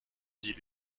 dit